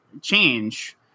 change